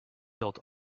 built